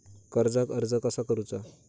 कर्जाक अर्ज कसा करुचा?